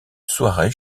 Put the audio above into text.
soirée